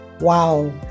Wow